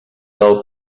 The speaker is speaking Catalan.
del